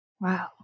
Wow